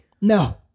No